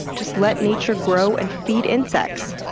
just let nature grow and feed insects.